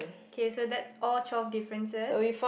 K so that's all twelve differences